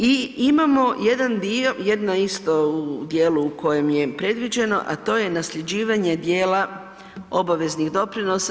I imamo jedan dio, jedno isto u dijelu u kojem je predviđeno, a to je nasljeđivanje dijela obaveznih doprinosa.